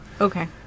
Okay